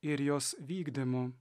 ir jos vykdymu